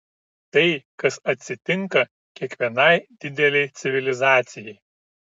tai kas atsitinka kiekvienai didelei civilizacijai